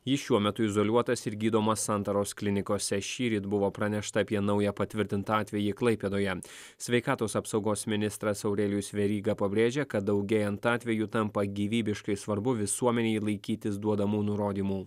jis šiuo metu izoliuotas ir gydomas santaros klinikose šįryt buvo pranešta apie naują patvirtintą atvejį klaipėdoje sveikatos apsaugos ministras aurelijus veryga pabrėžia kad daugėjant atvejų tampa gyvybiškai svarbu visuomenei laikytis duodamų nurodymų